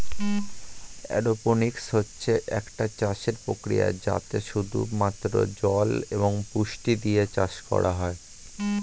aeroponics হচ্ছে একটা চাষের প্রক্রিয়া যাতে শুধু মাত্র জল এবং পুষ্টি দিয়ে চাষ করা হয়